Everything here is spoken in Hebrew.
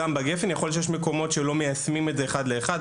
יכול להיות שיש מקומות שלא מיישמים את זה אחד לאחד.